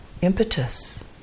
impetus